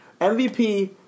MVP